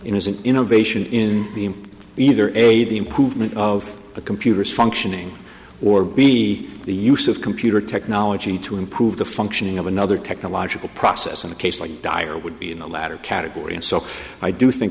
an innovation in the either a the improvement of the computer is functioning or be the use of computer technology to improve the functioning of another technological process in a case like dire would be in the latter category and so i do think